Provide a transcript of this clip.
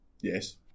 Yes